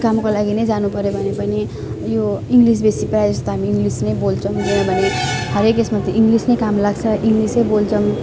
कामको लागि नै जानुपर्यो भने पनि यो इङ्लिस बेसी प्रायःजस्तो हामी इङ्लिसमै बोल्छौँ इङ्लिसमै काम लाग्छ इङ्लिसै बोल्छौँ